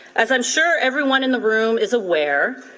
as i'm sure everyone in the room is aware,